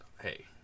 Hey